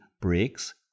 breaks